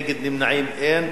נגד ונמנעים, אין.